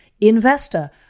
Investor